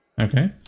Okay